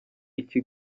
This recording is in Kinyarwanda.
icyo